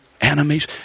Enemies